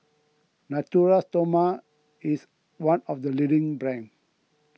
Natura Stoma is one of the leading brands